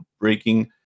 breaking